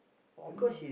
for me